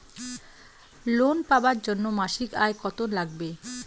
Loan পাবার জন্যে মাসিক আয় কতো লাগবে?